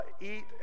eat